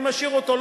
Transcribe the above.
אני משאיר אותו,